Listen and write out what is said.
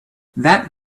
that